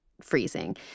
freezing